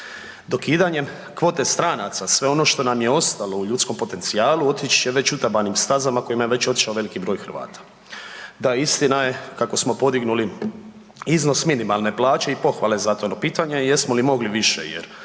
Dokidanjem kvote stranaca, sve ono što nam je ostalo u ljudskom potencijalu otići će već utabanim stazama kojima je već otišao veliki broj Hrvata. Da istina je kako smo podignuli iznos minimalne plaće i pohvale za to, no pitanje je jesmo li mogli više jer